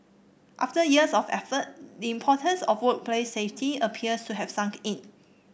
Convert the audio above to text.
after years of effort the importance of workplace safety appears to have sunk in